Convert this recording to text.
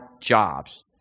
jobs